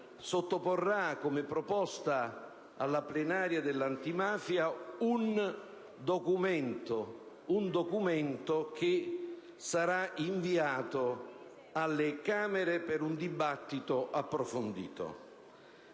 sottoporrà come proposta alla Commissione plenaria un documento che sarà inviato alle Camere per un dibattito approfondito.